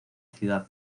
ciudad